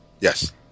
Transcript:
Yes